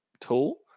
tool